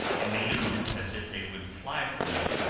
and made a move as if they would fly from me.